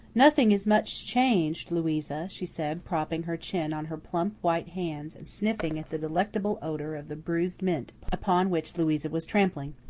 nothing is much changed, louisa, she said, propping her chin on her plump white hands, and sniffing at the delectable odour of the bruised mint upon which louisa was trampling.